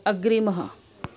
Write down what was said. अग्रिमः